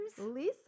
Lisa